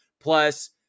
plus